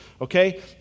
okay